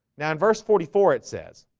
now in verse forty four it says